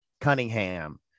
cunningham